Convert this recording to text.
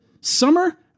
Summer